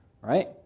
Right